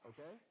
Okay